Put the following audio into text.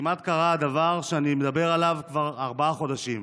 כמעט קרה הדבר שאני מדבר עליו כבר ארבעה חודשים,